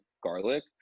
garlic